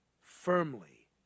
firmly